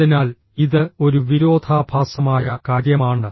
അതിനാൽ ഇത് ഒരു വിരോധാഭാസമായ കാര്യമാണ്